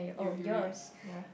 you you read ya